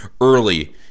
early